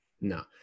no